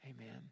Amen